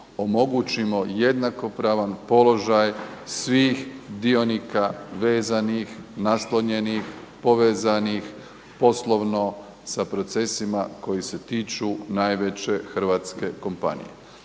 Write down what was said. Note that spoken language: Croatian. omogućimo jednakopravan položaj svih dionika vezanih, naslonjenih, povezanih poslovno sa procesima koji se tiču najveće hrvatske kompanije.